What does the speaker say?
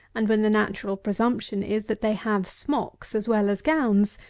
and when the natural presumption is, that they have smocks as well as gowns,